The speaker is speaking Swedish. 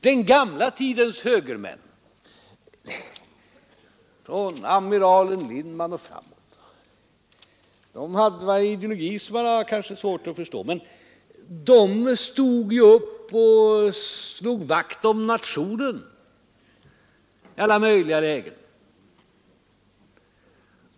Den gamla tidens högermän från amiral Lindman och framåt hade en ideologi, som man kanske hade svårt att förstå, men de stod upp och slog vakt om nationen i alla möjliga lägen.